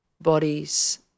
bodies